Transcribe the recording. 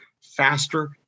faster